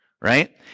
right